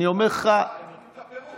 אני אומר לך, נפלה שגגה?